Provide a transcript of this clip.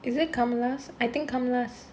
is it Komala's I think Komala's